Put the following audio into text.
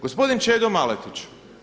Gospodin Čedo Maletić.